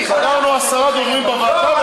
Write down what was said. קבענו עשרה דוברים בוועדה.